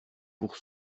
pour